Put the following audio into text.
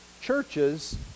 churches